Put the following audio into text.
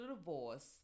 divorce